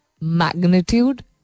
magnitude